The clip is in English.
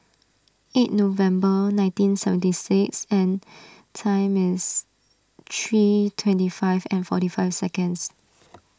eight November nineteen seventy six and time is three twenty five and forty five seconds